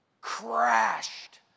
Crashed